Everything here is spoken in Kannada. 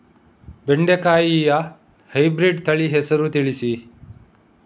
ಬೆಂಡೆಕಾಯಿಯ ಹೈಬ್ರಿಡ್ ತಳಿ ಹೆಸರು ತಿಳಿಸಿ?